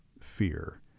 fear